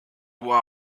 war